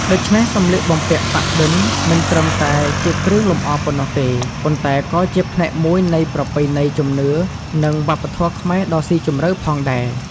ដូច្នេះ សម្លៀកបំពាក់ប៉ាក់-ឌិន មិនត្រឹមតែជាគ្រឿងលម្អប៉ុណ្ណោះទេ ប៉ុន្តែក៏ជាផ្នែកមួយនៃប្រពៃណីជំនឿ និងវប្បធម៌ខ្មែរដ៏ស៊ីជម្រៅផងដែរ។